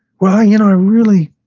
well, you know i really